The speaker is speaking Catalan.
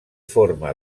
forma